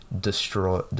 destroy